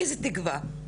איזו תקווה?